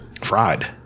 fried